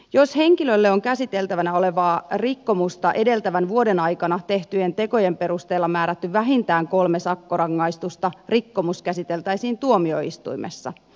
jos henkilölle on käsiteltävänä olevaa rikkomusta edeltävän vuoden aikana määrätty tehtyjen tekojen perusteella vähintään kolme sakkorangaistusta rikkomus käsiteltäisiin tuomioistuimessa